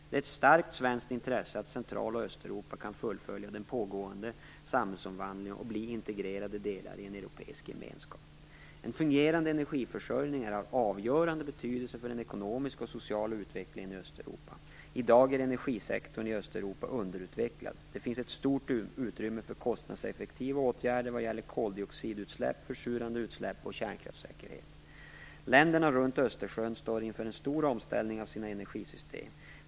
Det är ett starkt svenskt intresse att Central och Östeuropa kan fullfölja den pågående samhällsomvandlingen och bli integrerade delar i en europeisk gemenskap. En fungerande energiförsörjning är av avgörande betydelse för den ekonomiska och sociala utvecklingen i Östeuropa. I dag är energisektorn i Östeuropa underutvecklad. Det finns ett stort utrymme för kostnadseffektiva åtgärder vad gäller koldioxidutsläpp, försurande utsläpp och kärnkraftssäkerhet. Länderna runt Östersjön står inför en stor omställning av sina energisystem.